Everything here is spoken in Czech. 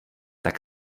tak